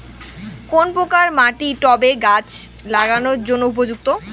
কোন প্রকার মাটি টবে গাছ লাগানোর জন্য উপযুক্ত?